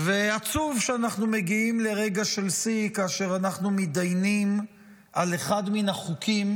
ועצוב שאנחנו מגיעים לרגע של שיא כאשר אנחנו מתדיינים על אחד מהחוקים